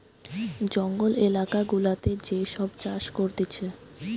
জঙ্গল এলাকা গুলাতে যে সব চাষ করতিছে